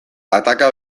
ataka